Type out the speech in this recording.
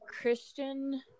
Christian